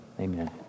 Amen